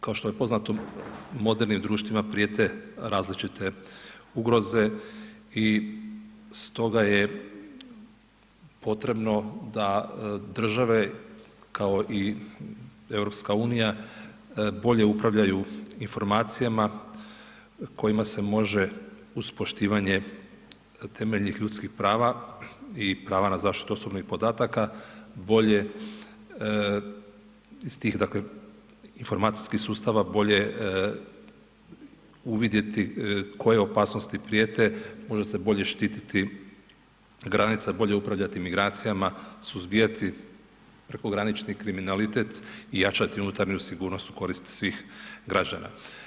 Kao što je poznato modernim društvima prijete različite ugroze i stoga je potrebno da države kao i EU bolje upravljaju informacijama kojima se može uz poštivanje temeljnih ljudskih prava i prava na zaštitu osobnih podataka bolje iz tih dakle informacijskih sustava bolje uvidjeti koje opasnosti prijete, može se bolje štititi granica, bolje upravljati migracijama, suzbijati prekogranični kriminalitet i jačati unutarnju sigurnost u korist svih građana.